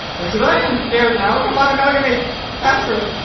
or should i i'm scared now c'mon amalgamates faster,